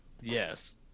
yes